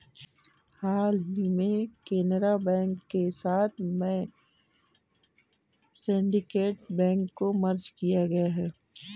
हाल ही में केनरा बैंक के साथ में सिन्डीकेट बैंक को मर्ज किया गया है